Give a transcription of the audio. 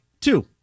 Two